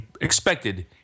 expected